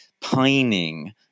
pining